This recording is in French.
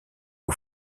aux